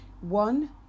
one